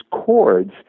chords